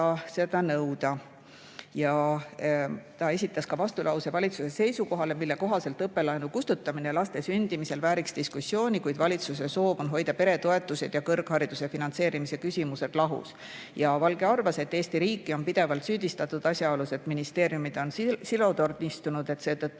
neilt nõuda. Ta esitas ka vastulause valitsuse seisukohale, mille kohaselt õppelaenu kustutamine laste sündimise korral vääriks diskussiooni, kuid valitsuse soov on hoida peretoetused ja kõrghariduse finantseerimise küsimused lahus. Valge arvas, et Eesti riiki on pidevalt süüdistatud asjaolus, et ministeeriumid on silotornistunud, ja et